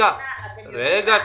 אתם יודעים מה,